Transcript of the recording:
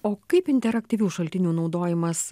o kaip interaktyvių šaltinių naudojimas